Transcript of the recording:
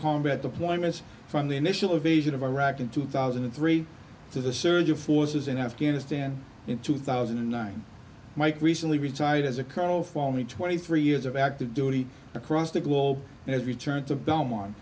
combat deployments from the initial invasion of iraq in two thousand and three to the surge of forces in afghanistan in two thousand and nine mike recently retired as a colonel follow me twenty three years of active duty across the globe and has returned to belmont